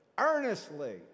earnestly